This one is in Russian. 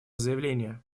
заявление